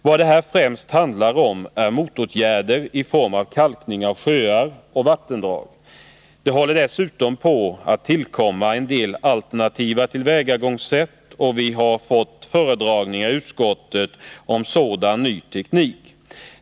Vad det här främst handlar om är motåtgärder i form av kalkning av sjöar och vattendrag. Det håller dessutom på att tillkomma en del alternativa tillvägagångssätt, och vi har fått föredragningar i utskottet om sådan ny teknik.